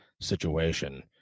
situation